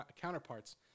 counterparts